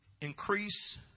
increase